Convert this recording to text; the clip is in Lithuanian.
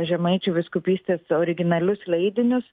žemaičių vyskupystės originalius leidinius